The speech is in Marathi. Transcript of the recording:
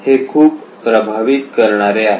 हे खूप प्रभावित करणारे आहे